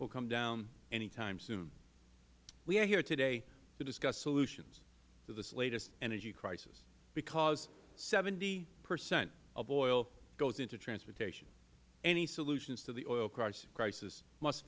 will come down anytime soon we are here today to discuss solutions to this latest energy crisis because seventy percent of oil goes into transportation any solutions to the oil crisis